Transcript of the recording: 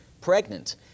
pregnant